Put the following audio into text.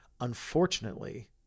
unfortunately